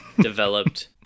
developed